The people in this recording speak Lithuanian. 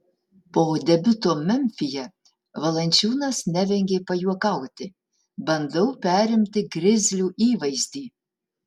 po debiuto memfyje valančiūnas nevengė pajuokauti bandau perimti grizlių įvaizdį